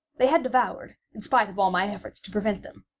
they had devoured, in spite of all my efforts to prevent them,